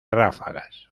ráfagas